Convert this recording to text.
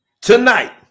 tonight